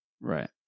Right